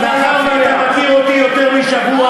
בחירות, איתן, אתה מכיר אותי יותר משבוע.